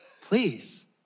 Please